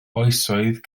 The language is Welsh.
oesoedd